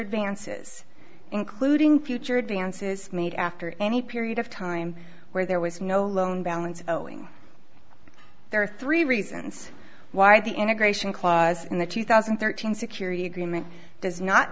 advances including future advances made after any period of time where there was no loan balance owing there are three reasons why the integration clause in the two thousand and thirteen security